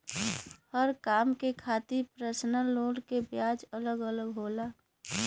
हर काम के खातिर परसनल लोन के ब्याज अलग अलग होला